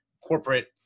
corporate